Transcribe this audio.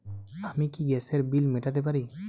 আমি কি গ্যাসের বিল মেটাতে পারি?